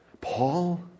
Paul